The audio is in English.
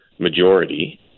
majority